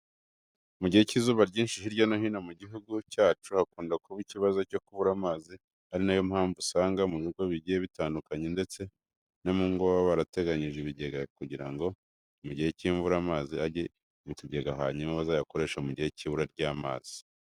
Mu gihe cy'izuba ryinshi hirya no hino mu gihugu cyacu hakunda kuba ikibazo cyo kubura amazi, ari na yo mpamvu usanga mu bigo bigiye bitandukanye ndetse no mu ngo baba barateganyije ibigega kugira ngo mu gihe cy'imvura amazi ajye mu kigega hanyuma bazayakoreshe mu gihe cyibura ry'amazi.